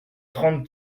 trente